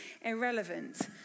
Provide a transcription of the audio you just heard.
irrelevant